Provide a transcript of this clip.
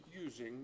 using